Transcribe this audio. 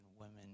women